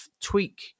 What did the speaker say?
tweak